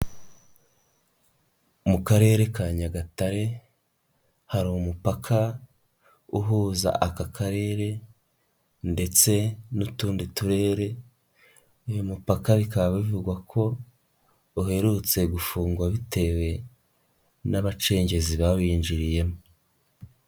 Mu karere ka Nyagatare, hari umupaka, uhuza aka karere, ndetse n'utundi turere, uyu mupaka bikaba bivugwa ko, uherutse gufungwa bitewe, n'abacengezi bawinjiriyemo.